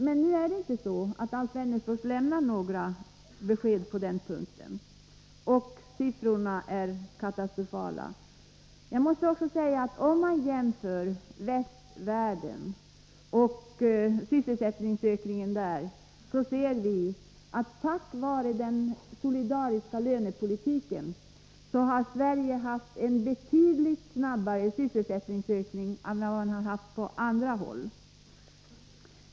Men nu är det inte så att Alf Wennerfors lämnar några besked på den punkten. Och siffrorna är katastrofala. Om man jämför med västvärlden och sysselsättningsökningen där, finner man att Sverige tack vare den solidariska lönepolitiken har haft en betydligt snabbare sysselsättningsökning än vad man haft på andra håll.